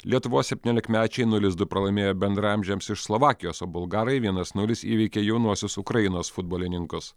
lietuvos septyniolikmečiai nulis du pralaimėjo bendraamžiams iš slovakijos o bulgarai vienas nulis įveikė jaunuosius ukrainos futbolininkus